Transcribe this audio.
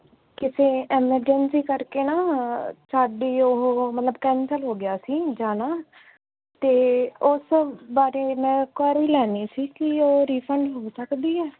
ਕਿਸੇ ਐਮਰਜੈਂਸੀ ਕਰਕੇ ਨਾ ਸਾਡੀ ਉਹ ਮਤਲਬ ਕੈਂਸਲ ਹੋ ਗਿਆ ਸੀ ਜਾਣਾ ਅਤੇ ਉਸ ਬਾਰੇ ਮੈਂ ਕੁਆਇਰੀ ਲੈਣੀ ਸੀ ਕਿ ਉਹ ਰੀਫੰਡ ਹੋ ਸਕਦੀ ਹੈ